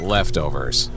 Leftovers